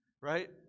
Right